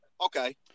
okay